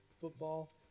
football